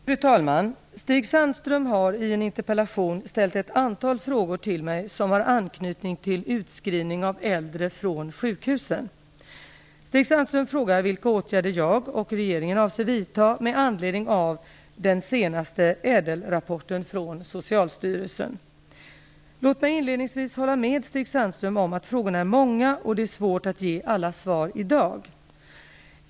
Fru talman! Stig Sandström har i en interpellation ställt ett antal frågor till mig som har anknytning till utskrivning av äldre från sjukhusen. Stig Sandström frågar vilka åtgärder jag och regeringen avser vidta med anledning av den senaste ÄDEL-rapporten från Låt mig inledningsvis hålla med Stig Sandström om att frågorna är många. Det är svårt att ge alla svar i dag.